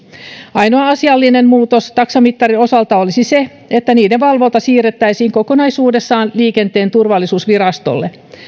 ainoa asiallinen muutos taksamittarin osalta olisi se että niiden valvonta siirrettäisiin kokonaisuudessaan liikenteen turvallisuusvirastolle